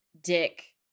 Dick